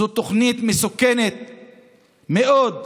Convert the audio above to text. זו תוכנית מסוכנת מאוד,